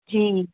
जी